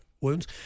wounds